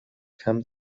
kam